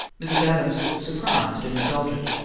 mrs. adams looked surprised and indulgent.